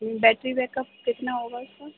battery back up کتنا ہوگا اس کا